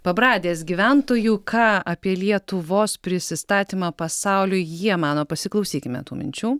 pabradės gyventojų ką apie lietuvos prisistatymą pasauliui jie mano pasiklausykime tų minčių